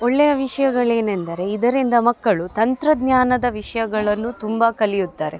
ಒಳ್ಳೆಯ ವಿಷಯಗಳೇನೆಂದರೆ ಇದರಿಂದ ಮಕ್ಕಳು ತಂತಜ್ಞಾನದ ವಿಷಯಗಳನ್ನು ತುಂಬ ಕಲಿಯುತ್ತಾರೆ